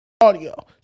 audio